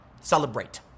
celebrate